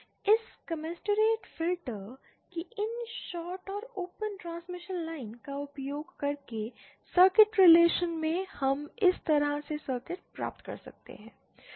इस commensurate filter की इन शॉर्ट और ओपन ट्रांसमिशन लाइन का उपयोग करके सर्किट रिलेशन में हम इस तरह से सर्किट प्राप्त कर सकते हैं